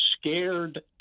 scared